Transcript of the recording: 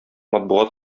матбугат